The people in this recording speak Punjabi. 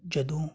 ਜਦੋਂ